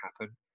happen